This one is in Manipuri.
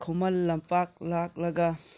ꯈꯨꯃꯟ ꯂꯝꯄꯥꯛ ꯂꯥꯛꯂꯒ